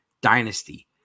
dynasty